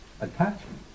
attachment